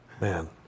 man